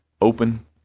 open